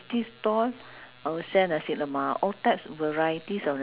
if we are not sure of the place we wouldn't know whether it's nice or not nice right